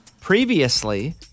Previously